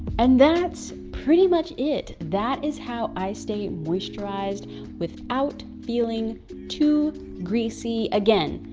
and that's pretty much it. that is how i stay moisturized without feeling too greasy. again,